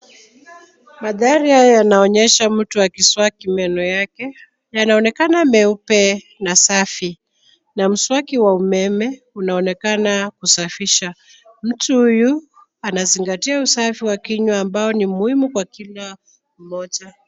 Mandhari haya yanaonyesha mtu akiswaki meno yake, yanaonekana meupe na safi na mswaki wa umeme unaonekana kusafisha. Mtu huyu anazingatia usafi wa kinywa ambao ni muhimu kwa kila mmoja.